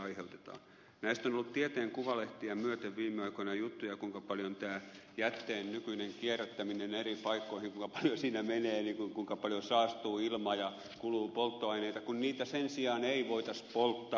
näistä on ollut tieteen kuvalehteä myöten viime aikoina juttuja kuinka paljon jätteen nykyisessä kierrättämisessä eri paikkoihin menee kuinka paljon saastuu ilmaa ja kuluu polttoaineita kun jätteitä sen sijaan voitaisiin polttaa